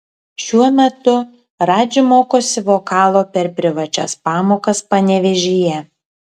šiuo metu radži mokosi vokalo per privačias pamokas panevėžyje